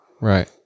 right